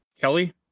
Kelly